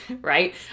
right